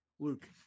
Luke